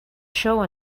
show